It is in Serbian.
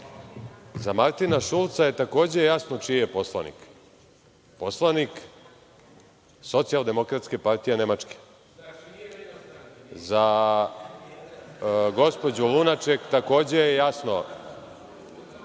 Za Martina Šulca je tako jasno čiji je poslanik, poslanik Socijaldemokratske partije Nemačke. Za gospođu Lunaček je takođe jasno